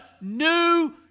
new